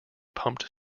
pumped